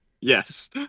Yes